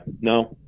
no